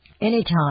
Anytime